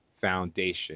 foundation